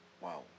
Wow